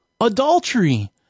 adultery